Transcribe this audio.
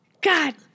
God